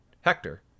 Hector